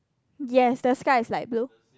yes the sky is light blue